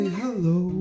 hello